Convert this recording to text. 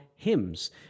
hymns